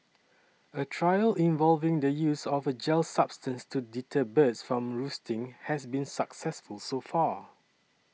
a trial involving the use of a gel substance to deter birds from roosting has been successful so far